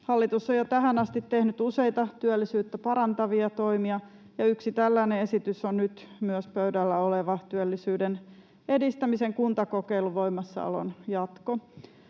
Hallitus on jo tähän asti tehnyt useita työllisyyttä parantavia toimia, ja yksi tällainen esitys on myös nyt pöydällä oleva työllisyyden edistämisen kuntakokeilun voimassaolon jatko.